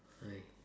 okay